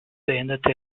beendete